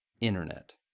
internet